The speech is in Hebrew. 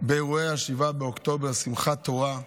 באירועי 7 באוקטובר, שמחת תורה,